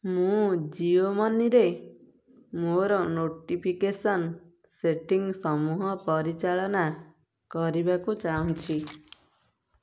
ମୁଁ ଜିଓ ମନିରେ ମୋର ନୋଟିଫିକେସନ୍ ସେଟିଂ ସମୂହ ପରିଚାଳନା କରିବାକୁ ଚାହୁଁଛି